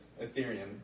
Ethereum